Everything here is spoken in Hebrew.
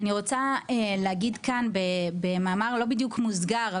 אני רוצה להגיד כאן במאמר לא בדיוק מוסגר,